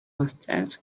mater